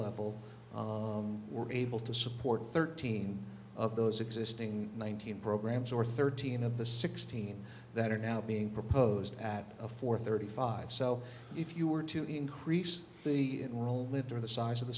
level we're able to support thirteen of those existing one thousand programs or thirteen of the sixteen that are now being proposed at four thirty five so if you were to increase the roll litter the size of the